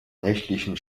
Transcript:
nächtlichen